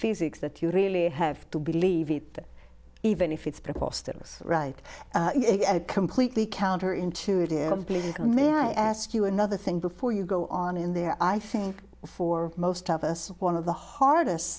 physics that you really have to believe it even if it's preposterous right completely counter intuitive of being a man i ask you another thing before you go on in there i think for most of us one of the hardest